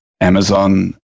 Amazon